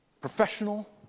professional